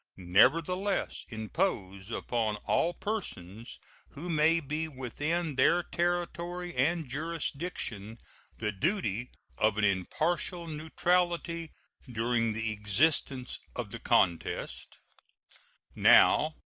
nevertheless impose upon all persons who may be within their territory and jurisdiction the duty of an impartial neutrality during the existence of the contest now,